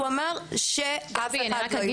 הוא אמר שאף אחד לא --- גבי,